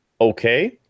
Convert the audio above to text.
Okay